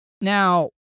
now